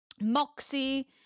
Moxie